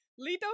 Lito